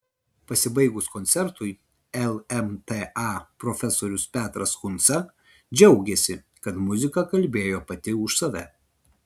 pasibaigus koncertui lmta profesorius petras kunca džiaugėsi kad muzika kalbėjo pati už save